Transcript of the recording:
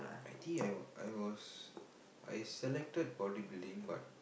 I think I wa~ I was I selected bodybuilding but